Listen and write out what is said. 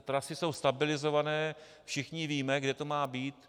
Trasy jsou stabilizované, všichni víme, kde to má být.